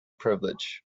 privilege